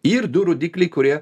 ir du rodikliai kurie